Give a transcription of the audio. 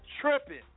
tripping